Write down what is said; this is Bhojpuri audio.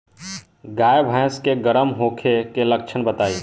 गाय भैंस के गर्म होखे के लक्षण बताई?